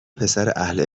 پسراهل